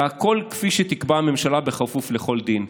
והכול כפי שתקבע הממשלה בכפוף לכל דין".